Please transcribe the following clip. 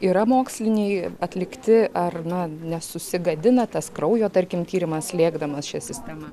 yra moksliniai atlikti ar na nesusigadina tas kraujo tarkim tyrimas lėkdamas šia sistema